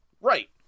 Right